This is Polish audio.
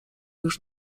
już